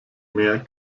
mehr